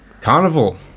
carnival